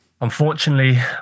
Unfortunately